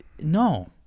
no